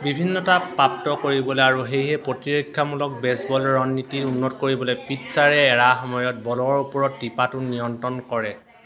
বিভিন্নতা প্ৰাপ্ত কৰিবলৈ আৰু সেয়েহে প্ৰতিৰক্ষামূলক বেছবল ৰণনীতি উন্নত কৰিবলৈ পিটচাৰে এৰাৰ সময়ত বলৰ ওপৰত টিপাটো নিয়ন্ত্ৰণ কৰে